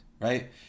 right